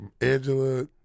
Angela